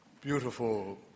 beautiful